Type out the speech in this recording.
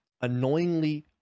annoyingly